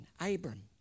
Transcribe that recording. Abram